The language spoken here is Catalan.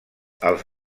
els